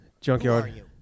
Junkyard